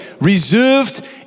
reserved